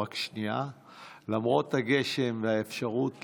למרות הגשם והאפשרות לאחר,